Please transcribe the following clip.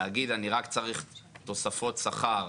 להגיד "אני רק צריך תוספות שכר",